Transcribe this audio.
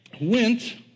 went